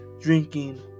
Drinking